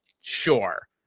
Sure